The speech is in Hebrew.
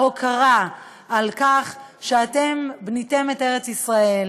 ההוקרה על כך שאתם בניתם את ארץ-ישראל.